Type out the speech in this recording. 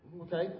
Okay